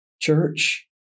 church